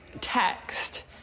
text